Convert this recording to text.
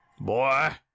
Boy